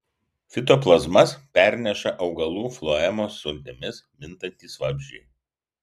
fitoplazmas perneša augalų floemos sultimis mintantys vabzdžiai